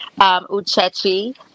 Uchechi